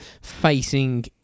facing